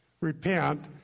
repent